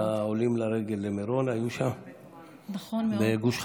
לעולים לרגל למירון, היו בגוש חלב,